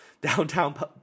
downtown